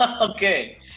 Okay